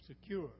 secure